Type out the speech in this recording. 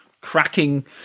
Cracking